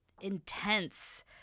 intense